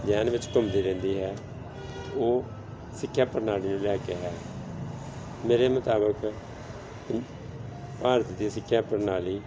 ਜਿਹਨ ਵਿੱਚ ਘੁੰਮਦੀ ਰਹਿੰਦੀ ਹੈ ਉਹ ਸਿੱਖਿਆ ਪ੍ਰਣਾਲੀ ਨੂੰ ਲੈ ਕੇ ਹੈ ਮੇਰੇ ਮੁਤਾਬਕ ਭਾਰਤ ਦੀ ਸਿੱਖਿਆ ਪ੍ਰਣਾਲੀ